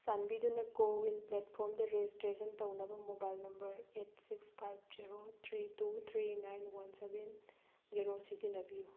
ꯆꯥꯟꯕꯤꯗꯨꯅ ꯀꯣꯋꯤꯟ ꯄ꯭ꯂꯦꯠꯐꯣꯝꯗ ꯔꯦꯖꯤꯁꯇ꯭ꯔꯦꯁꯟ ꯇꯧꯅꯕ mobile number eight six five zero three two three nine one seven zero ꯁꯤꯖꯤꯟꯅꯕꯤꯌꯨ